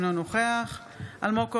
אינו נוכח אלמוג כהן,